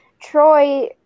Troy